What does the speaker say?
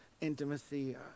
intimacy